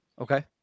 Okay